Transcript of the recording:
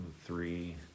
three